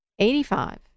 85